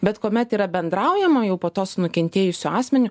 bet kuomet yra bendraujama jau po to su nukentėjusiu asmeniu